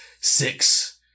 six